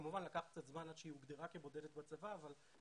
כמובן לקח קצת זמן עד שהיא הוגדרה בצבא כבודדה,